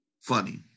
funny